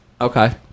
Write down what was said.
Okay